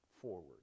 forward